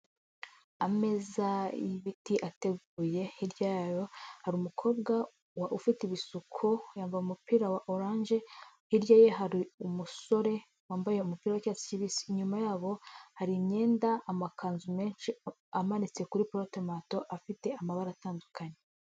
Ameza y'ibiti ateguye. Hirya yayo hari umukobwa ufite ibisuko, yambaye umupira wa oranje. Hirya ye hari umusore wambaye umupira w'icyatsi kibisi. Inyuma yabo hari imyenda, amakanzu menshi amanitse kuri porutomato afite amabara atandukanye.